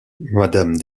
madame